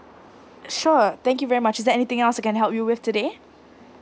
sure thank you very much is there anything else I can help you with today